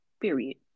Period